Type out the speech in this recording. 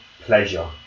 pleasure